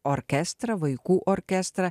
orkestrą vaikų orkestrą